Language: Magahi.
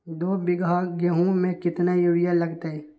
दो बीघा गेंहू में केतना यूरिया लगतै?